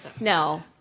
No